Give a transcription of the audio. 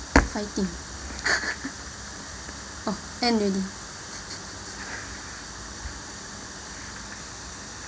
fighting oh end already